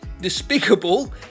despicable